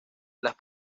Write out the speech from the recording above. las